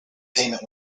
payment